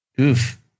Oof